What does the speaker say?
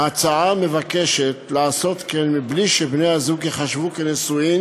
ההצעה מבקשת לעשות כן בלי שבני-הזוג ייחשבו לנשואים